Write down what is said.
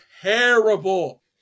terrible